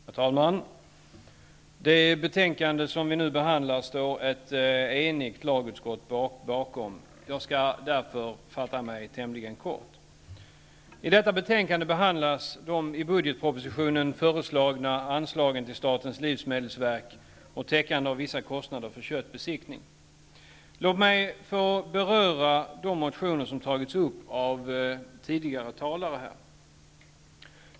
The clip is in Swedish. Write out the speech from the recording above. Herr talman! Det betänkande som vi nu behandlar står ett enigt lagutskott bakom. Jag skall därför fatta mig tämligen kort. I detta betänkande behandlas de i budgetpropositionen föreslagna anslagen till statens livsmedelsverk och täckande av vissa kostnader för köttbesiktning. Låt mig få beröra de motioner som tagits upp av tidigare talare här.